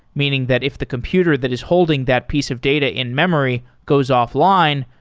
meaning that if the computer that is holding that piece of data in memory goes offline,